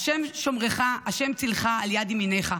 ה' שֹמרך, ה' צִלך על יד ימינך.